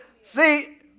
see